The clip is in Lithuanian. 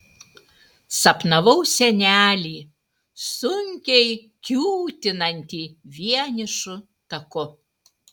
sapnavau senelį sunkiai kiūtinantį vienišu taku